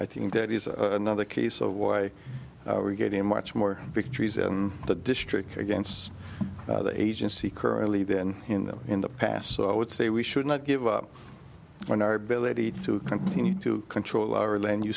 i think that is not the case of way we're getting much more victories in the districts against the agency currently than in them in the past so i would say we should not give up on our ability to continue to control our land